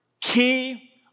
key